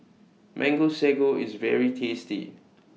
Mango Sago IS very tasty